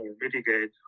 mitigate